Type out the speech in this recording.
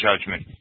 judgment